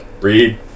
Read